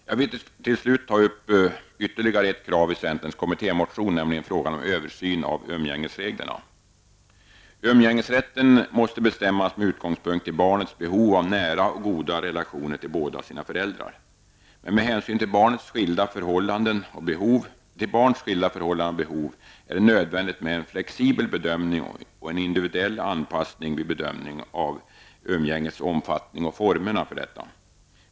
Jag vill till slut ta upp ytterligare ett krav i centerns kommittémotion, nämligen frågan om översyn av umgängesreglerna. Umgängesrätten måste bestämmas med utgångspunkt i barnets behov av nära och goda relationer till båda sina föräldrar. Men med hänsyn till barns skilda förhållanden och behov är det nödvändigt med en flexibel bedömning och en individuell anpassning vid bedömning av umgängets omfattning och formerna härför.